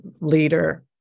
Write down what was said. leader